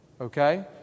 Okay